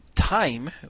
time